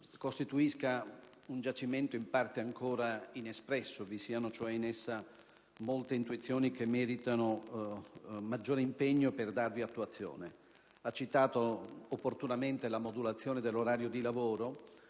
costituisca un giacimento in parte ancora inespresso, vi siano cioè in essa molte intuizioni che meritano maggiore impegno per darvi attuazione. Ha citato opportunamente la modulazione dell'orario di lavoro,